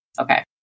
Okay